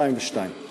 התשס"ב 2002?